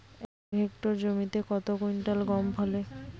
এক হেক্টর জমিতে কত কুইন্টাল গম ফলে?